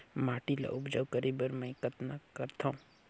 माटी ल उपजाऊ करे बर मै कतना करथव?